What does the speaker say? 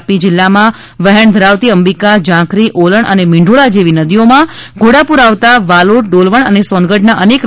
તાપી જિલ્લામાં વહેણ ધરાવતી અંબિકા ઝાંખરી ઓલણ અને મીંઢોળા જેવી નદીઓમાં ઘોડાપૂર આવતા વાલોડ ડોલવણ અને સોનગઢના અનેક રસ્તા બંધ છે